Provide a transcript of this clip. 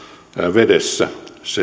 vedessä